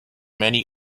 many